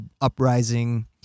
uprising